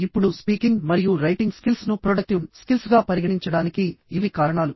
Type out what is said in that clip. ఇప్పుడు స్పీకింగ్ మరియు writing skills ను ప్రొడక్టివ్ స్కిల్స్ గా పరిగణించడానికి ఇవి కారణాలు